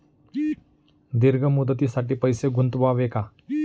दीर्घ मुदतीसाठी पैसे गुंतवावे का?